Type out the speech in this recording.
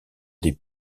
des